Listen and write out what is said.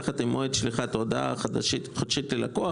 יחד עם מועד שליחת ההודעה החודשית ללקוח".